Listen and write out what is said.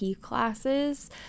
classes